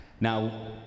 Now